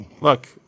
Look